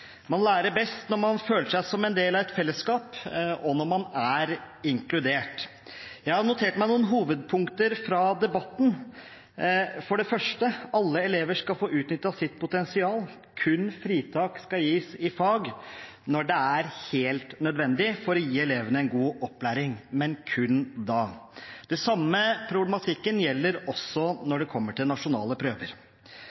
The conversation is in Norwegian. Man lærer best når man føler seg som en del av et fellesskap, og når man er inkludert. Jeg har notert meg noen hovedpunkter fra debatten. For det første: Alle elever skal få utnyttet sitt potensial. Fritak skal kun gis i fag når det er helt nødvendig for å gi elevene god opplæring, men kun da. Den samme problematikken gjelder også når